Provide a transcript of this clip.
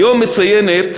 היום מציינת,